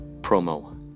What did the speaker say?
promo